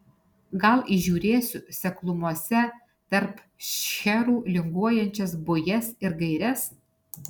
gal įžiūrėsiu seklumose tarp šcherų linguojančias bujas ir gaires